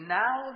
now